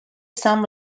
some